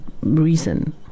reason